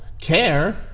care